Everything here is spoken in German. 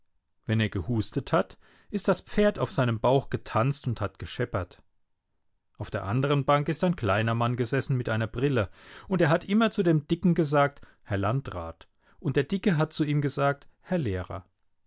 wenn er gehustet hat ist das pferd auf seinem bauch getanzt und hat gescheppert auf der anderen bank ist ein kleiner mann gesessen mit einer brille und er hat immer zu dem dicken gesagt herr landrat und der dicke hat zu ihm gesagt herr lehrer